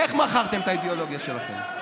איך מכרתם את האידיאולוגיה שלכם,